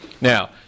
Now